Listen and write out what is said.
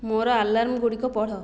ମୋର ଆଲାର୍ମ ଗୁଡ଼ିକ ପଢ଼